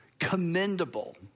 commendable